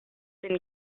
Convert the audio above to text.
been